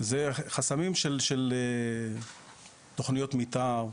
אלו חסמים של תוכניות מתאר,